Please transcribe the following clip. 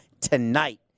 tonight